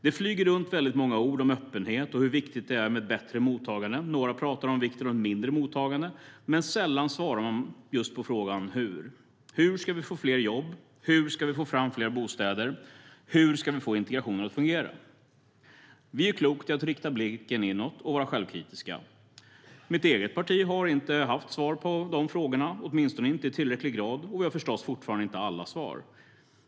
Det flyger runt många ord om öppenhet och om hur viktigt det är med ett bättre mottagande. Några pratar om vikten av mindre mottagande. Men sällan svarar man på frågan hur. Hur ska vi få fler jobb? Hur ska vi få fram fler bostäder? Hur ska vi få integrationen att fungera? Vi gör klokt i att rikta blicken inåt och vara självkritiska. Mitt eget parti har inte haft svar på de frågorna, åtminstone inte i tillräcklig grad, och vi har förstås fortfarande inte alla svar.